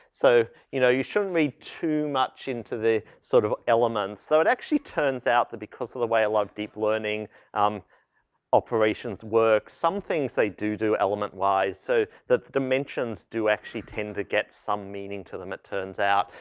so, you know, you shouldn't read too much into the sort of elements. so, it actually turns out that because of the way a lot of deep learning um operations work, some things they do, do element-wise. so that the dimensions do actually tend to get some meaning to them it turns out.